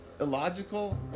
Illogical